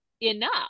enough